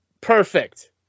Perfect